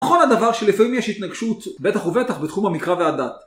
נכון הדבר שלפעמים יש התנגשות, בטח ובטח, בתחום המקרא והדת.